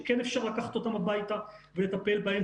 שכן אפשר לקחת אותם הביתה ולטפל בהם.